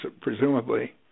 presumably